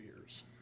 years